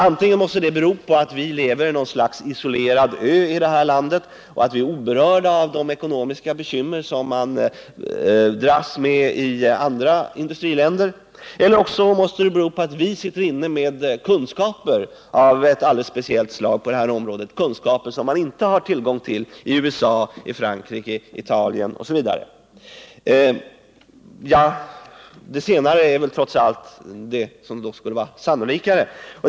Antingen måste det bero på att vi lever på något slags isolerad ö och att vi är oberörda av de ekonomiska bekymmer som man dras med i andra länder, eller också måste det bero på att vi på det här området sitter inne med kunskaper av ett alldeles speciellt slag, kunskaper som man inte har tillgång till i t.ex. USA, Frankrike och Italien. Det senare är väl trots allt det som skulle vara sannolikare.